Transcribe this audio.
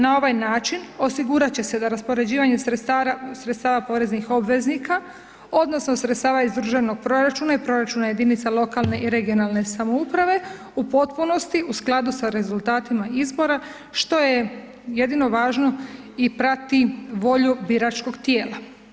Na ovaj način osigurat će se da raspoređivanju sredstava poreznih obveznika odnosno sredstava iz državnog proračuna i proračuna jedinica lokalne i regionalne samouprave u potpunosti u skladu sa rezultatima izbora, što je jedino važno i prati volju biračkog tijela.